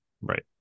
Right